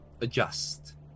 adjust